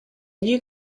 new